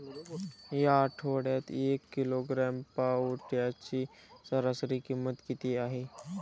या आठवड्यात एक किलोग्रॅम पावट्याची सरासरी किंमत किती आहे?